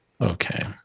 Okay